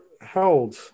held